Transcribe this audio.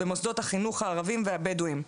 במוסדות החינוך הערביים והבדואים.